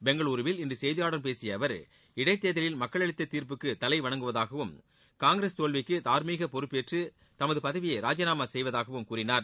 பெங்களுருவில் இன்று செய்தியாளர்களிடம் பேசிய அவர் இடைத்தேர்தலில் மக்கள் அளித்த தீர்ப்புக்கு தலைவணங்குவதாகவும் காங்கிரஸ் தோல்விக்கு தார்மீக பொறப்பேற்று தமது பதவியை ராஜினாமா செய்வதாகவும் கூறினார்